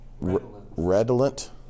Redolent